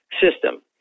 system